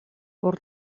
por